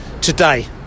today